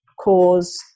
cause